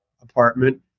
apartment